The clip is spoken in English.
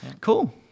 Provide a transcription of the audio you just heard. Cool